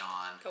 on